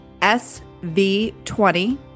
SV20